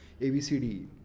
ABCD